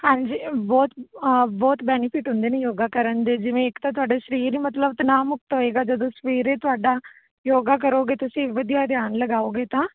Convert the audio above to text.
ਹਾਂਜੀ ਬਹੁਤ ਬਹੁਤ ਬੈਨੀਫਿਟ ਹੁੰਦੇ ਨੇ ਯੋਗਾ ਕਰਨ ਦੇ ਜਿਵੇਂ ਇੱਕ ਤਾਂ ਤੁਹਾਡੇ ਸਰੀਰ ਮਤਲਬ ਤਨਾਅ ਮੁਕਤ ਹੋਏਗਾ ਜਦੋਂ ਸਵੇਰੇ ਤੁਹਾਡਾ ਯੋਗਾ ਕਰੋਗੇ ਤੁਸੀਂ ਵਧੀਆ ਧਿਆਨ ਲਗਾਓਗੇ ਤਾਂ